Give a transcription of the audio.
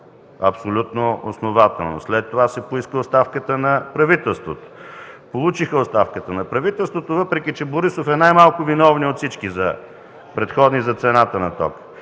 абсолютно основателно, след това се поиска оставката на правителството. Получиха оставката на правителството, въпреки че Борисов е най-малко виновният от всички предходни за цената на тока